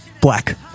Black